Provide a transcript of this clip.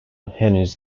henüz